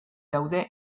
daude